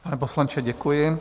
Pane poslanče, děkuji.